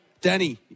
Danny